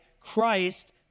Christ